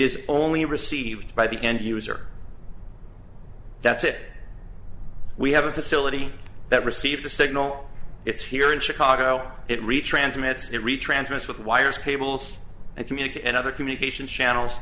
is only received by the end user that's it we have a facility that receive the signal it's here in chicago it retransmits it retransmits with wires cables and communicate and other communication channels